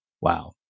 Wow